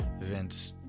Vince